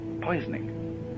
poisoning